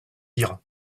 dirent